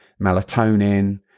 melatonin